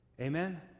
Amen